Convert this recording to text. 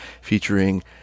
featuring